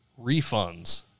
refunds